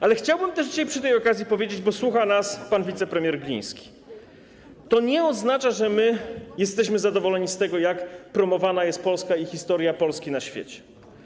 Ale chciałbym też dzisiaj przy tej okazji powiedzieć, bo słucha nas wicepremier Gliński, że to nie oznacza, że jesteśmy zadowoleni z tego, jak promowana jest Polska i historia Polski na świecie.